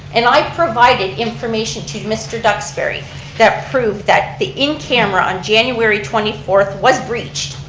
and i provided information to mr. duxbury that proved that the in camera on january twenty fourth was breached,